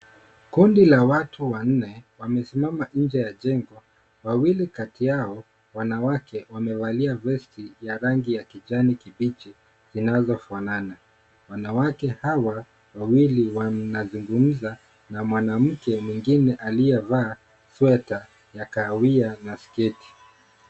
Kundi la watu wanne wamesimama nje ya jengo. Wawili kati yao wanawake wamevalia vesti ya rangi ya kijani kibichi zinazofanana. Wanawake hawa wawili wanazungumza na mwanamke mwingine aliyevalia sweta ya kahawia na sketi.